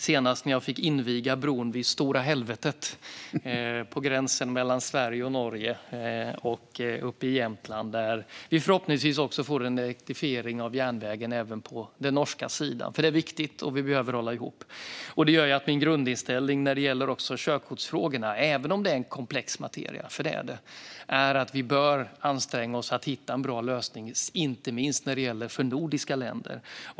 Senast fick jag inviga bron över Stora helvetet på gränsen mellan Sverige och Norge uppe i Jämtland. Vi får förhoppningsvis också en elektrifiering av järnvägen även på den norska sidan. Det är viktigt, och vi behöver hålla ihop. Min grundinställning när det gäller körkortsfrågorna - även om det är en komplex materia, för det är det - är att vi bör anstränga oss för att hitta en bra lösning inte minst för nordiska länder.